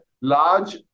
large